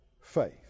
faith